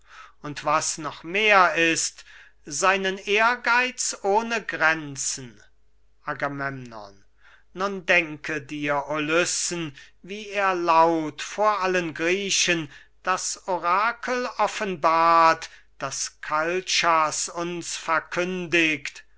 und was noch mehr ist seinen ehrgeiz ohne grenzen agamemnon nun denke dir ulyssen wie er laut vor allen griechen das orakel offenbart das kalchas uns verkündigt